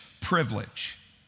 privilege